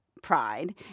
pride